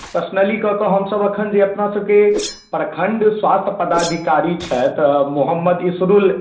personally कऽ कऽ हमसभ अखन जे अपनासभके प्रखण्ड स्वास्थ्य पदाधिकारी छथि मोहम्मद इसरुल